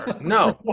no